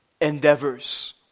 endeavors